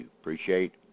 Appreciate